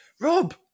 Rob